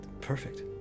perfect